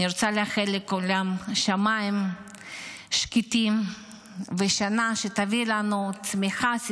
אני רוצה לאחל לכולם שמיים שקטים ושנה שתביא לנו צמיחה,